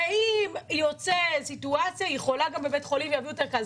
ואם יוצאת סיטואציה אז היא יכולה גם בבית חולים ויביאו את הערכה,